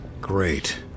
Great